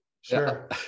Sure